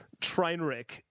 Trainwreck